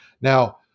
Now